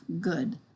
good